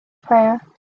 prayer